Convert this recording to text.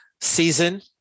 season